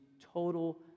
total